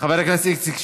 חבר הכנסת איציק שמולי,